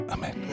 Amen